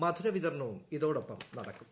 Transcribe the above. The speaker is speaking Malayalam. മധുർവിതരണവും ഇതോടൊപ്പം നടക്കും